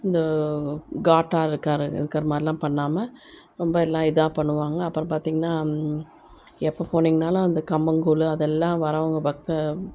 இந்த காட்டாகருக்கறை இருக்கிற மாதிரிலாம் பண்ணாமல் ரொம்ப எல்லாம் இதாக பண்ணுவாங்க அப்புறம் பார்த்தீங்கன்னா எப்போ போனிங்கனாலும் அந்த கம்பங்கூழ் அதெல்லாம் வரவங்க பக்த